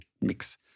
mix